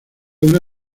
una